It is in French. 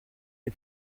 est